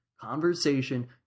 Conversation